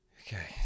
Okay